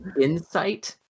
Insight